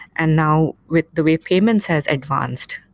and now with the way payments has advanced,